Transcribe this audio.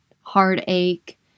heartache